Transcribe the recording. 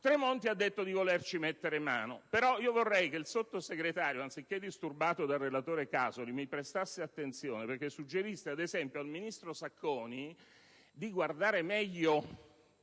Tremonti ha detto di volerci mettere mano, ma vorrei che il Sottosegretario, anziché essere disturbato dal relatore Casoli, mi prestasse attenzione e suggerisse, ad esempio, al ministro Sacconi di compiere